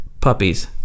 puppies